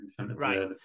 Right